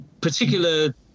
particular